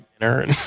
dinner